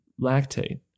lactate